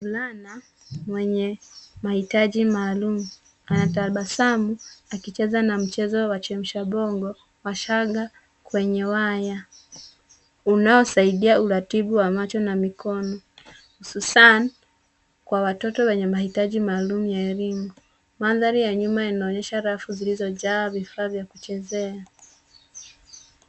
Mvulana mwenye mahitaji maaluum. Anatabasamu, akicheza na mchezo wa chemsha bongo wa shanga kwenye waya. Unaosaidia uratibu wa macho na mikono. Hususan, kwa watoto wenye mahitaji maalum ya elimu. Mandhari ya nyuma yanaonyesha rafu zilizoja vifaa vya kuchezea.